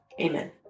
amen